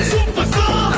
Superstar